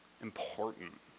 important